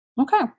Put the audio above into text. Okay